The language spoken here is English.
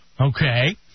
Okay